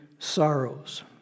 sorrows